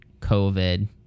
COVID